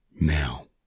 now